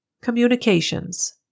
Communications